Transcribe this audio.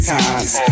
times